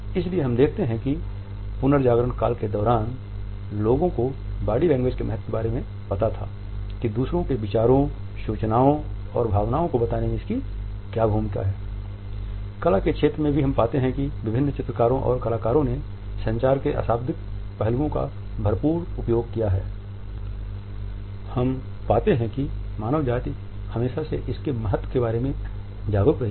इसलिए हम देख सकते हैं कि पुनर्जागरण काल के दौरान लोगों को बॉडी लैंग्वेज के महत्व के बारे में पता था कि दूसरों के विचारों सूचनाओं और भावनाओं को बताने में इसकी क्या भूमिका कला के क्षेत्र में भी हम यह पाते हैं कि विभिन्न चित्रकारों और कलाकारों ने संचार के अशाब्दिक पहलुओं का भरपूर उपयोग किया है